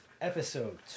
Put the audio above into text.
episode